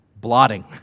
blotting